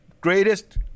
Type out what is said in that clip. greatest